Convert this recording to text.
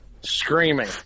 screaming